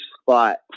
spot